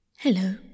Hello